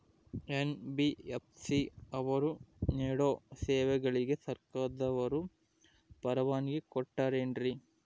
NBFC ಅವರು ನೇಡೋ ಸೇವೆಗಳಿಗೆ ಸರ್ಕಾರದವರು ಪರವಾನಗಿ ಕೊಟ್ಟಾರೇನ್ರಿ?